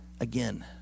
again